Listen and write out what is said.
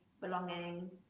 belonging